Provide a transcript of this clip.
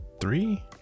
three